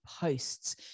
posts